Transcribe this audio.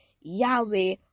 Yahweh